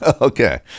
Okay